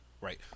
Right